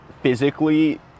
physically